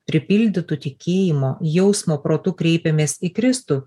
pripildytų tikėjimo jausmo protu kreipėmės į kristų